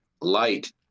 light